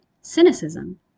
cynicism